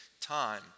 time